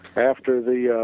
after the, yeah